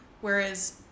whereas